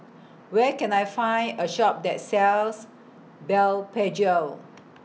Where Can I Find A Shop that sells Blephagel